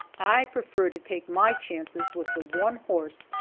i prefer to take my chances with the one horse,